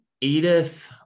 Edith